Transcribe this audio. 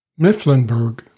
Mifflinburg